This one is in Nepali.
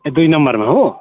ए दुई नम्बरमा हो